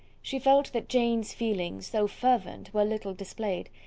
she felt that jane's feelings, though fervent, were little displayed,